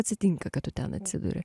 atsitinka kad tu ten atsiduri